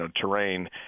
terrain